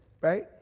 right